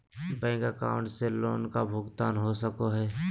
Bank account से loan का भुगतान हो सको हई?